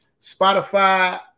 Spotify